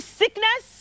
sickness